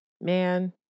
Man